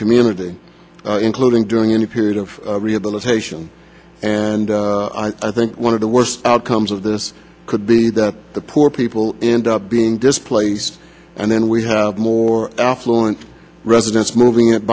community including during any period of rehabilitation and i think one of the worst outcomes of this could be that the poor people end up being displaced and then we have more affluent residents moving it